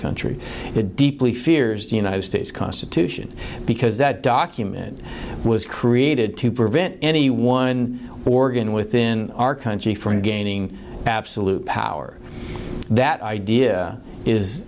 country deeply fears the united states constitution because that document was created to prevent any one organ within our country from gaining absolute power that idea is